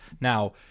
Now